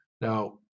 Now